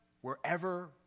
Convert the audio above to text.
wherever